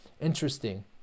Interesting